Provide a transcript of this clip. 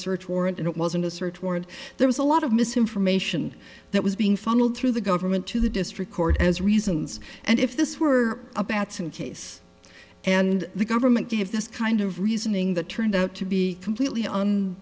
search warrant and it wasn't a search warrant there was a lot of misinformation that was being funneled through the government to the district court as reasons and if this were a batson case and the government did have this kind of reasoning that turned out to be completely on